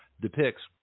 depicts